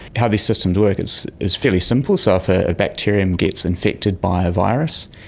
how these systems work, it's it's fairly simple, so if ah a bacterium gets infected by a virus,